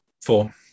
Four